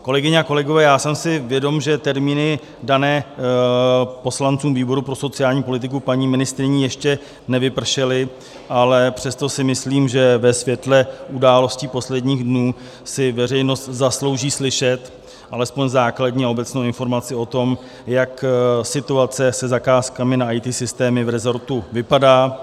Kolegyně a kolegové, jsem si vědom, že termíny dané poslancům výboru pro sociální politiku paní ministryní ještě nevypršely, ale přesto si myslím, že ve světle událostí posledních dnů si veřejnost zaslouží slyšet alespoň základní a obecnou informaci o tom, jak situace se zakázkami na IT systémy v resortu vypadá.